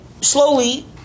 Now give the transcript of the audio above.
slowly